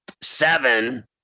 seven